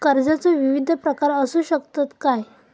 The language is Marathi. कर्जाचो विविध प्रकार असु शकतत काय?